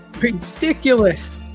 Ridiculous